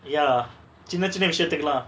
ya சின்ன சின்ன விசயதுகலா:sinna sinna visayathukala